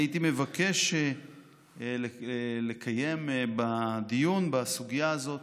אני הייתי מבקש לקיים דיון בסוגיה הזאת